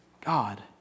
God